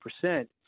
percent